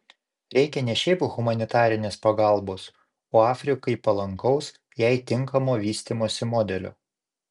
reikia ne šiaip humanitarinės pagalbos o afrikai palankaus jai tinkamo vystymosi modelio